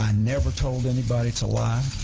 ah never told anybody to lie,